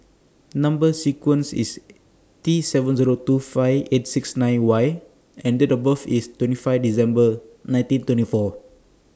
Number sequence IS T seven Zero two five eight six nine Y and Date of birth IS twenty five December nineteen twenty four